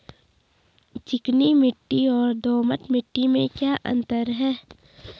चिकनी मिट्टी और दोमट मिट्टी में क्या क्या अंतर है?